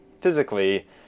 physically